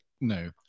no